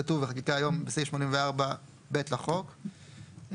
ואני רק מודיע שכשאנחנו נדון בחלקים המפוצלים של,